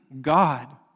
God